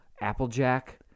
Applejack